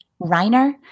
Reiner